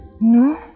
No